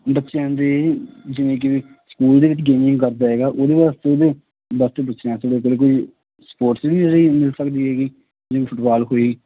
ਬੱਚਿਆਂ ਦੇ ਜਿਵੇਂ ਕਿ ਸਕੂਲ ਦੇ ਵਿੱਚ ਗੇਮਿੰਗ ਕਰਦਾ ਹੈਗਾ ਉਹਦੇ ਵਾਸਤੇ ਉਹਦੇ ਵਾਸਤੇ ਪੁੱਛਣਾ ਕੋਈ ਸਪੋਰਟਸ ਵੀ ਮਿਲ ਸਕਦੀ ਹੈਗੀ ਫਟਬਾਲ ਹੋਈ